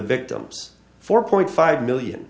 victims four point five million